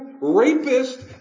rapist